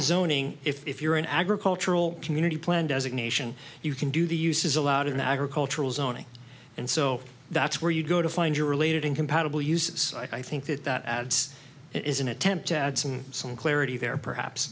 zoning if you're an agricultural community plan designation you can do the use is allowed in agricultural zoning and so that's where you go to find your related incompatible uses i think that that adds is an attempt to add some some clarity there perhaps